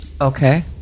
Okay